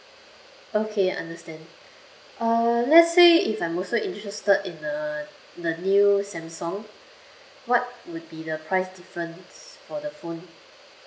okay understand uh let say if I'm also interested in uh the new samsung what would be the price difference for the phone